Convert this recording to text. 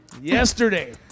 Yesterday